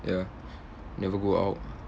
ya never go out